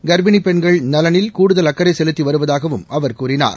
கள்ப்பிணி பெண்கள் நலனில் கூடுதல் அகக்றை செலுத்தி வருவதாகவும் அவர் கூறினார்